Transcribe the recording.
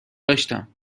داشتم